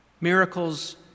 miracles